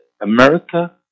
america